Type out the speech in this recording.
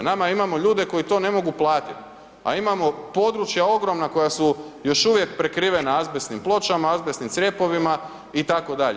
Nama imamo ljude koji to ne mogu platiti, a imamo područja ogromna koja su još uvijek prekrivena azbestnim pločama, azbestnim crijepovima itd.